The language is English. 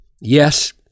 Yes